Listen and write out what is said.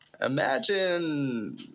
imagine